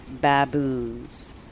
baboons